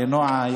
לנועה,